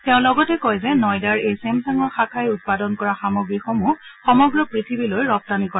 তেওঁ লগতে কয় যে নয়দাৰ এই ছেমছাঙৰ শাখাই উৎপাদন কৰা সামগ্ৰীসমূহ সমগ্ৰ পৃথিবীলৈ ৰপ্তানি কৰিব